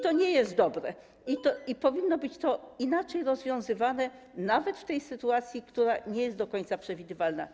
To nie jest dobre i to powinno być inaczej rozwiązywane nawet w obecnej sytuacji, która nie jest do końca przewidywalna.